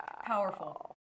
Powerful